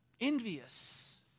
envious